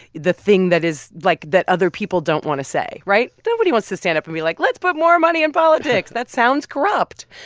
the thing that is like, that other people don't want to say, right? nobody wants to stand up and be like, let's put more money in politics. that sounds corrupt.